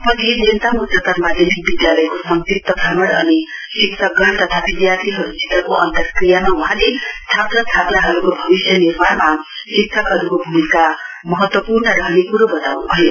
पछि देन्ताम उच्चतर माध्यमिक विद्यालयको संक्षिप्त भ्रमण अनि शिक्षकगण तथा विद्यार्थीहरूसितको अन्तक्रियामा वहाँले छात्र छात्राहरूको भविष्य निर्माणमा शिक्षकहरूको भूमिका महत्वपूर्ण रहने कुरो बताउनुभयो